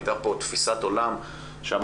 הייתה פה תפיסת עולם שאמרה,